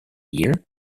year